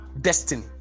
destiny